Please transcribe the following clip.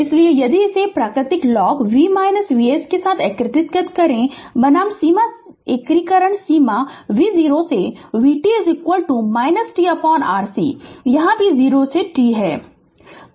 इसलिए यदि इसे प्राकृतिक लॉग v Vs के साथ एकीकृत करें बनाम सीमा एकीकरण सीमा v0 से vt tRc यहां भी 0 से t है